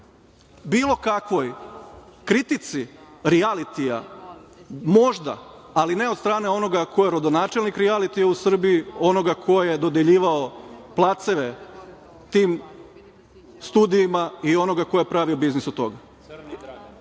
bilo kakvoj kritici rijalitija, možda, ali ne od strane onoga ko je rodonačelnik rijalitija u Srbiji, onoga ko je dodeljivao placeve tim studijima i onoga ko je pravio biznis od